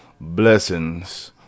blessings